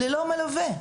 ללא מלווה.